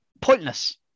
pointless